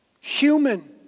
human